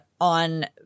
on